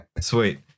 Sweet